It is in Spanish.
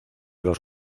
los